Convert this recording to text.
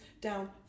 down